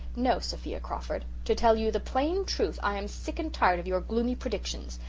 no, sophia crawford, to tell you the plain truth i am sick and tired of your gloomy predictions.